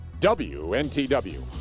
wntw